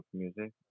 music